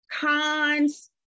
Cons